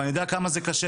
ואני יודע כמה זה קשה.